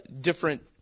different